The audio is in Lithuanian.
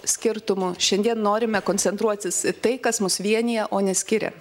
skirtumų šiandien norime koncentruotis į tai kas mus vienija o ne skiria